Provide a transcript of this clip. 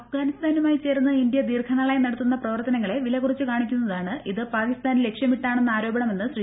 അഫ്ഗാനിസ്ഥാനുമായി ചേർന്ന് ഇന്തൃ ദീർഘനാളായി നടത്തുന്ന പ്രവർത്തനങ്ങളെ വില കുറച്ചു കാണിക്കുന്നതാണ് ഇത് പാക്കിസ്ഥാനെ ലക്ഷ്യമിട്ടാണെന്ന ആരോപണമെന്ന് ശ്രീ